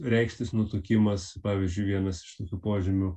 reikštis nutukimas pavyzdžiui vienas iš tokių požymių